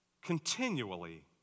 continually